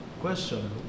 question